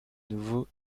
nouveau